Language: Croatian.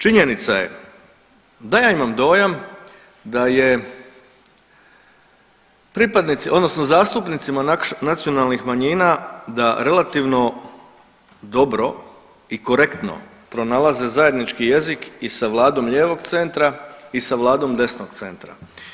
Činjenica je da je ima dojam da je pripadnicima odnosno zastupnicima nacionalnih manjina da relativno dobro i korektno pronalaze zajednički jezik i sa vladom lijevog centra i sa vladom desnog centra.